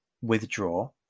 withdraw